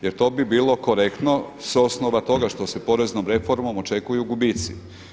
Jer to bi bilo korektno s osnova toga što se poreznom reformom očekuju gubici.